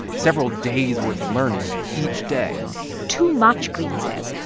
several days' worth of learning each day too much, greene says,